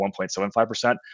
1.75%